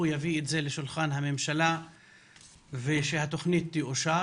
יביא את זה לשולחן הממשלה ושהתוכנית תאושר.